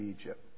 Egypt